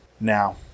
Now